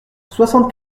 soixante